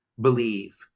believe